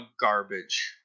garbage